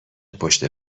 پشت